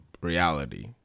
Reality